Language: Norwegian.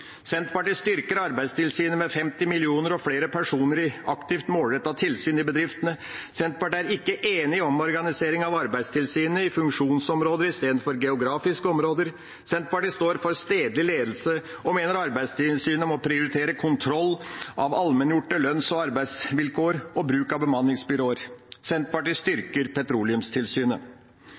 Senterpartiet styrker Arbeidstilsynet med 50 mill. kr og flere personer i aktivt målrettet tilsyn i bedriftene. Senterpartiet er ikke enig i omorganiseringen av Arbeidstilsynet i funksjonsområder i stedet for geografiske områder. Senterpartiet står for stedlig ledelse og mener Arbeidstilsynet må prioritere kontroll av allmenngjorte lønns- og arbeidsvilkår og bruk av bemanningsbyråer. Senterpartiet styrker Petroleumstilsynet.